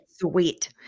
Sweet